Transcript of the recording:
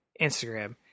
Instagram